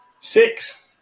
Six